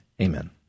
Amen